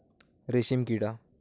रेशीमकिडा